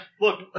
look